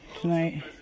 tonight